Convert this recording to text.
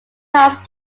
mouse